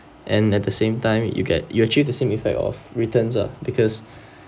and at the same time you get you achieve the same effect of returns ah because